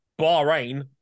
Bahrain